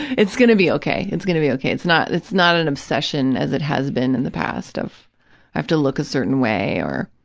it's going to be okay. it's going to be okay. it's not it's not an obsession as it has been in the past of i have to look a certain way or,